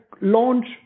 launch